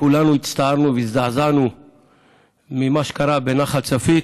כולנו הצטערנו והזדעזענו ממה שקרה בנחל צפית.